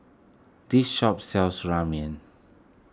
this shop sells Ramen